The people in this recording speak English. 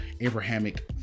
Abrahamic